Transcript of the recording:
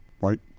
right